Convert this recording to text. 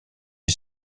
lui